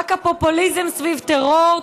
רק הפופוליזם סביב טרור,